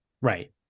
right